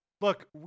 Look